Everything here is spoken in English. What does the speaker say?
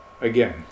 again